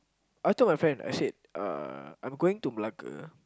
I told my friend I said uh I'm going to Malacca